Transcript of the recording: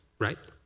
right?